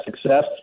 success